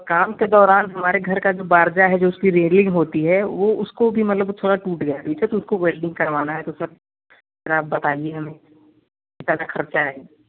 काम के दौरान हमारे घर का जो बारजा है जो उसकी रेलिंग होती है वह उसको भी मतलब वह थोड़ा टूट गया है इसे तो उसको वेल्डिंग करवाना है तो सर आप बताइए सर हमें कितना ख़र्च आएगा